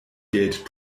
geld